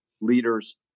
leaders